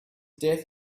death